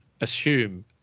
assume